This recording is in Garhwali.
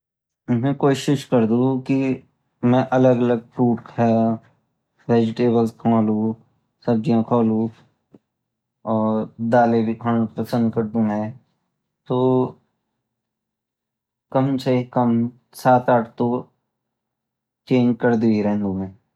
मै कोशिश करदू कि मैं अलग अलग फ्रूट खाऊं वेजटेबल्स खाऊं सब्जियां खाऊं और दालें भी खाना पसंद करदू मैं तो कम से कम सात - आठ तो चेंज करदी रहेंदु मैं